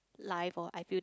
life oh I feel that